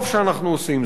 טוב שאנחנו עושים זאת.